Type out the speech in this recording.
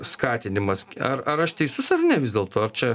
skatinimas ar ar aš teisus ar ne vis dėlto ar čia